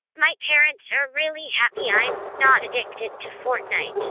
my parents are really happy i'm not addicted to fortnite. and